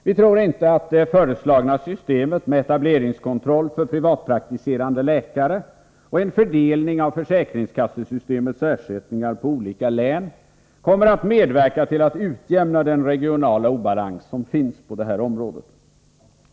Vi tror inte att det föreslagna systemet med etableringskontroll för privatpraktiserande läkare och en fördelning av försäkringskassesystemets ersättningar på olika län kommer att medverka till att utjämna den regionala obalans som finns på det här området.